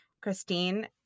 Christine